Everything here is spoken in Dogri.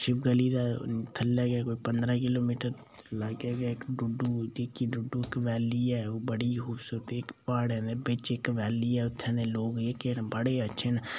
उत्थें शिव गली दे थल्लै गै कोई पंदरां किलोमीटर अग्गें गै इक्क डुड्डू इक्क वैली ऐ ओह् बड़ी गै खूबसूरत प्हाड़ें दे बिच इक्क वैली ऐ उत्थें दे लोक एह् केह् न बड़े अच्छे न